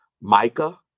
Micah